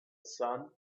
sun